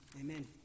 Amen